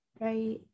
Right